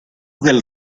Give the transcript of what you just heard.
del